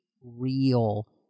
real